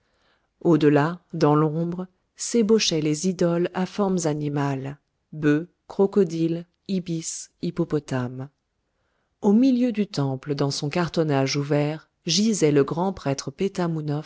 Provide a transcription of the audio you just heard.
delà dans l'ombre s'ébauchaient les idoles à formes animales bœufs crocodiles ibis hippopotames au milieu du temple dans son cartonnage ouvert gisait le grand prêtre